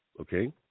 Okay